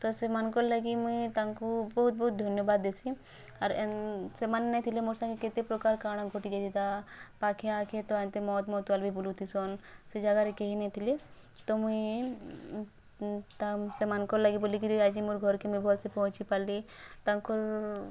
ତ ସେମାନଙ୍କର୍ ଲାଗି ମୁଇଁ ତାଙ୍କୁ ବହୁତ୍ ବହୁତ୍ ଧନ୍ୟବାଦ୍ ଦେଶୀ ଆର୍ ଏନ୍ ସେମାନେ ନାଇଁଥିଲେ ମୋର୍ ସାଙ୍ଗେ କେତେ ପ୍ରକାର୍ କାଣା ଘଟି ଯାଇଥାତା ପାଖେ ଆଖେ ତ ଏମିତି ମଦ୍ ମଦୁଆ ବି ବୁଲୁଥିସନ୍ ସେ ଜାଗାରେ କେହି ନି ଥିଲେ ତ ମୁଇ୍ ତା ସେମାନଙ୍କର୍ ଲାଗି ବୋଲିକିରି ଆଜି ମୋର୍ ଘର୍କେ ମୁଇଁ ଭଲ୍ ସେ ପହଚିପାର୍ଲି ତାକର୍